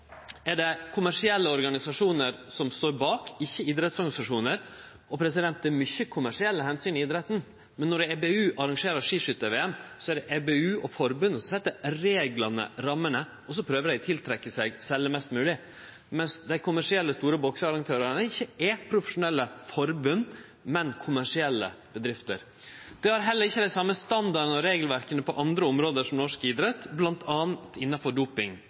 er det kommersielle organisasjonar som står bak – ikkje idrettsorganisasjonar. Det er mykje kommersielle omsyn i idretten, men når EBU arrangerer skiskyttar-VM, er det EBU og forbundet som set reglane og rammene, og så prøver ein å tiltrekkje seg og selje mest mogleg. Dei kommersielle, store boksearrangørane er ikkje profesjonelle forbund, men kommersielle bedrifter. Dei har heller ikkje på andre område dei same standardane og regelverk som norsk idrett, bl.a. innanfor doping